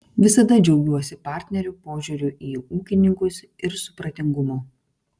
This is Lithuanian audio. visada džiaugiuosi partnerių požiūriu į ūkininkus ir supratingumu